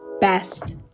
best